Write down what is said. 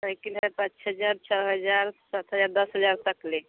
cycle है पाँच हज़ार छः हज़ार सात हज़ार दस हज़ार तक ले